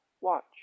Watch